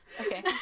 Okay